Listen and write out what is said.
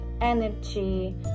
energy